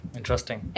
Interesting